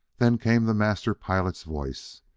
then came the master pilot's voice,